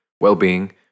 well-being